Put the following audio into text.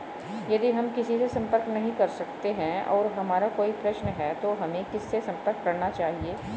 यदि हम किसी से संपर्क नहीं कर सकते हैं और हमारा कोई प्रश्न है तो हमें किससे संपर्क करना चाहिए?